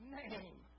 name